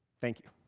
thank you.